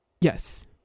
Yes